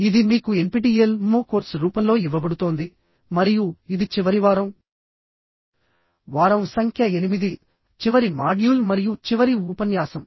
ఇది మీకు NPTEL MOOC course రూపంలో ఇవ్వబడుతోంది మరియు ఇది చివరి వారం వారం సంఖ్య 8 చివరి మాడ్యూల్ మరియు చివరి ఉపన్యాసం